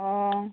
अ'